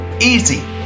easy